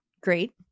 Great